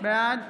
בעד